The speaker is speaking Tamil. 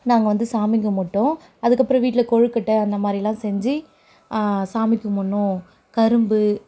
நாங்கள் வந்து சாமி கும்பிட்டோம் அதுக்கப்புறம் வீட்டில் கொழுக்கட்டை அந்தமாதிரிலாம் செஞ்சு சாமி கும்பிடனும் கரும்பு